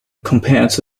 compared